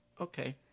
Okay